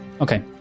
Okay